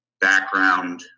background